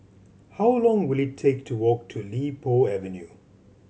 how long will it take to walk to Li Po Avenue